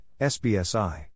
SBSI